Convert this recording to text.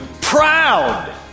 proud